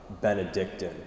Benedictine